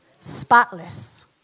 spotless